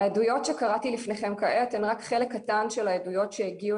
העדויות שקראתי לפניכם כעת הן רק חלק קטן של העדויות שהגיעו